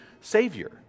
Savior